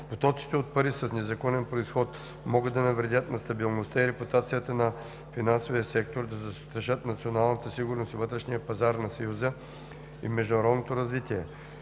Потоците от пари с незаконен произход могат да навредят на стабилността и репутацията на финансовия сектор, да застрашат националната сигурност и вътрешния пазар на Съюза и международното развитие.